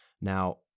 Now